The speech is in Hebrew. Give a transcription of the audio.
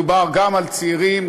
מדובר גם על צעירים,